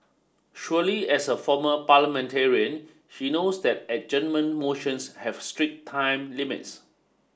surely as a former parliamentarian he knows that adjournment motions have strict time limits